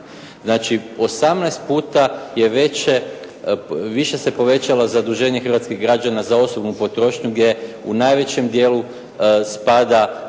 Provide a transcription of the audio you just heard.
Znači 18 puta je veće, više se povećalo zaduženje hrvatskih građana za osobnu potrošnju gdje u najvećem dijelu spada